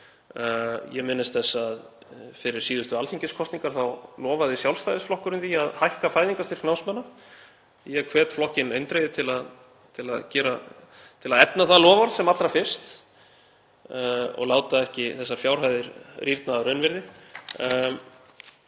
Ég minnist þess að fyrir síðustu alþingiskosningar þá lofaði Sjálfstæðisflokkurinn því að hækka fæðingarstyrk námsmanna. Ég hvet flokkinn eindregið til að efna það loforð sem allra fyrst og láta ekki þessar fjárhæðir rýrna að raunvirði.